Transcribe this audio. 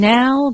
now